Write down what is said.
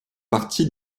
partie